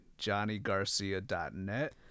johnnygarcia.net